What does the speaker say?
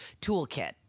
toolkit